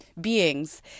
beings